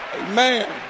Amen